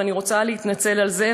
ואני רוצה להתנצל על זה,